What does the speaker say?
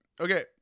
okay